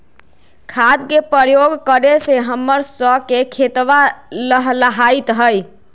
खाद के प्रयोग करे से हम्मर स के खेतवा लहलाईत हई